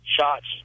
shots